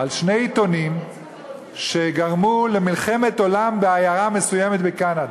על שני עיתונים שגרמו למלחמת עולם בעיירה מסוימת בקנדה.